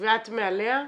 ואת מעליה?